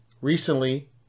Recently